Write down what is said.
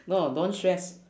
no don't stress